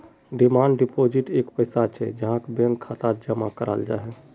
demand deposit एक पैसा छे जहाक बैंक खातात जमा कराल जाहा